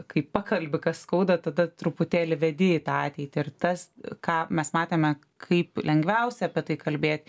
kai pakalbi kas skauda tada truputėlį vedi į tą ateitį ir tas ką mes matėme kaip lengviausia apie tai kalbėt